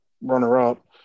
runner-up